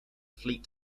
fleet